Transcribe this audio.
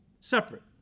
separate